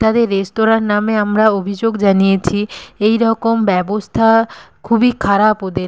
তাদের রেস্তোরাঁর নামে আমরা অভিযোগ জানিয়েছি এই রকম ব্যবস্থা খুবই খারাপ ওদের